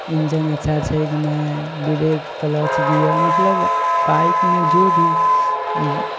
engine अच्छा छै कि नहि ब्रेक कलच गियर मतलब बाइकमे जो भी